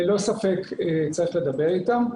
ללא ספק צריך לדבר אתם.